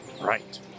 Right